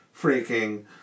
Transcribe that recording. freaking